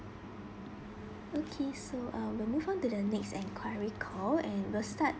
okay so uh will move on to the next enquiry call and will start